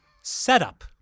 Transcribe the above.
Setup